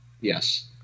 Yes